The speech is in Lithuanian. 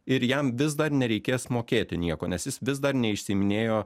ir jam vis dar nereikės mokėti nieko nes jis vis dar neišsiiminėjo